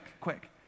quick